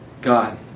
God